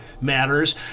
matters